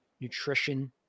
nutrition